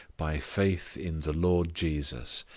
by faith in the lord jesus,